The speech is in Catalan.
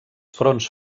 fronts